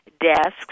desks